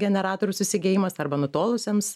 generatoriaus įsigijimas arba nutolusiems